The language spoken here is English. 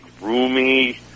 roomy